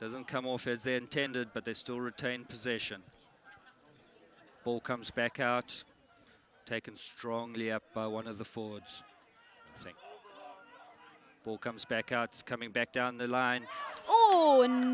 doesn't come off as they intended but they still retain position will comes back out taken strongly up by one of the forwards will comes back out coming back down the line